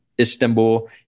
Istanbul